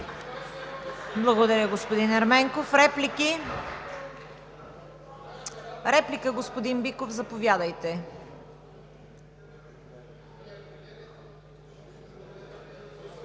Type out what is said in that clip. Благодаря, господин Ерменков. Реплики? Господин Биков, заповядайте.